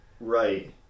Right